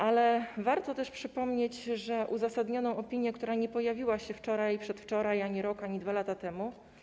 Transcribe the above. Ale warto przypomnieć, że uzasadnioną opinię, która nie pojawiła się ani wczoraj, przedwczoraj, ani rok, ani 2 lata temu.